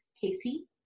Casey